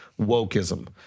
wokeism